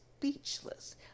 Speechless